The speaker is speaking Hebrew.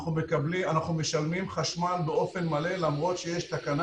אנחנו משלמים חשמל באופן מלא למרות שיש תקנה